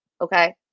Okay